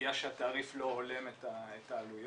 התעריף שלא הולם את העלויות.